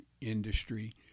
industry